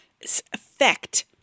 effect